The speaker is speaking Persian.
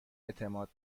اعتماد